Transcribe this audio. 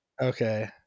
okay